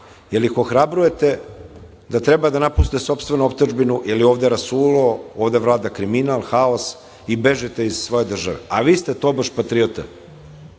jer ih ohrabrujete da treba da napuste sopstvenu otadžbinu, jer je ovde rasulo, ovde vlada kriminal, haos i bežite iz svoje države, a vi ste tobož patriota.